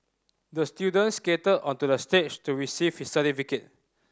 the student skated onto the stage to receive his certificate